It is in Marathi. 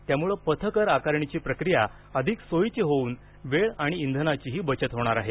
यामुळे पथकर आकारणीची प्रक्रिया अधिक सोयीची होऊन वेळ आणि इंधनाचीही बचत होणार आहे